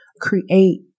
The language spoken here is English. create